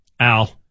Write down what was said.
Al